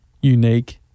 unique